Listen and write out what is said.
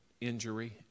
injury